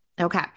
Okay